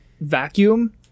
vacuum